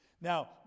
Now